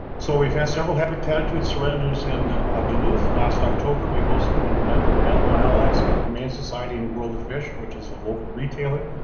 so we've had several habitattitude surrenders in duluth last october we hosted an event with animal allies, humane society, and world of fish which is a local retailer.